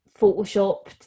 Photoshopped